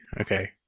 Okay